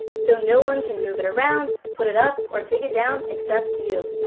so no one can move it around, put it up, or take it down except you.